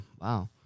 Wow